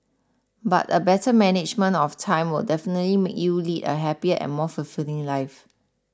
but a better management of time will definitely make you lead a happier and more fulfilling life